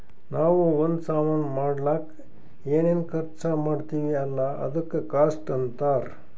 ನಾವೂ ಒಂದ್ ಸಾಮಾನ್ ಮಾಡ್ಲಕ್ ಏನೇನ್ ಖರ್ಚಾ ಮಾಡ್ತಿವಿ ಅಲ್ಲ ಅದುಕ್ಕ ಕಾಸ್ಟ್ ಅಂತಾರ್